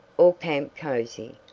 or camp cozy,